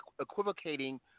equivocating